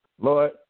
Lord